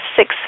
Six